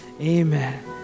amen